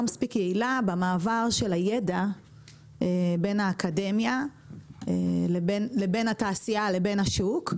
מספיק יעילה במעבר של הידע בין האקדמיה לבין התעשייה לבין השוק,